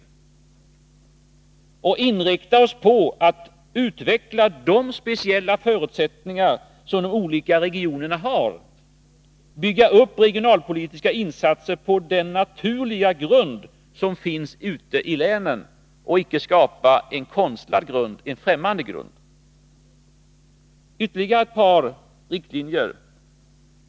Vi måste inrikta oss på att utveckla de speciella förutsättningar som de olika regionerna har — bygga upp regionalpolitiska insatser på den naturliga grund som finns ute i länen, och inte skapa en konstlad grund. Ytterligare ett par riktlinjer.